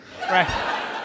Right